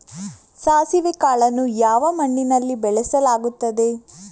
ಸಾಸಿವೆ ಕಾಳನ್ನು ಯಾವ ಮಣ್ಣಿನಲ್ಲಿ ಬೆಳೆಸಲಾಗುತ್ತದೆ?